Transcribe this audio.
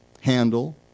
handle